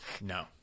no